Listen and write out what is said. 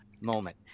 moment